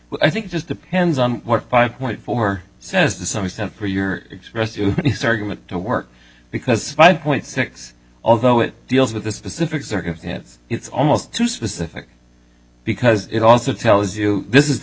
but i think it just depends on what five point four says to some extent for your expressed any segment to work because five point six although it deals with the specific circumstance it's almost too specific because it also tells you this is the